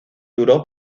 duró